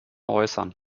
äußern